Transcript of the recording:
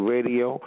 Radio